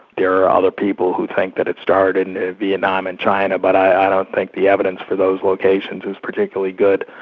there are other people who think that it started in vietnam and china, but i don't think the evidence for those locations is particularly good.